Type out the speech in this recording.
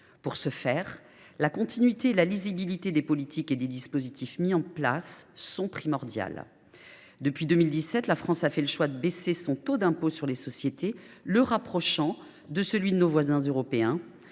Pour ce faire, la continuité et la lisibilité des politiques et des dispositifs mis en place sont primordiales. Depuis 2017, la France a fait le choix d’abaisser le taux de son impôt sur les sociétés, le rapprochant de celui de nos voisins européens,